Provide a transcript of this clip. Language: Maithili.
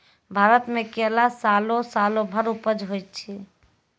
भारत मे केला सालो सालो भर उपज होय छै